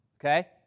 okay